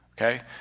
okay